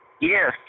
Yes